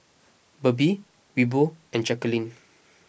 Berdie Wilbur and Jaquelin